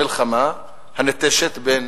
המלחמה הניטשת בין